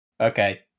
Okay